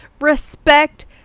Respect